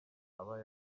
aba